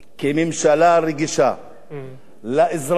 כממשלה רגישה לאזרחים,